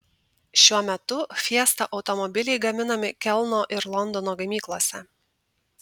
šiuo metu fiesta automobiliai gaminami kelno ir londono gamyklose